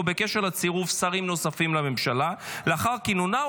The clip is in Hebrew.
או בקשר לצירוף שרים נוספים לממשלה לאחר כינונה,